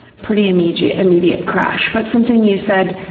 pretty immediate immediate crash, but something you said,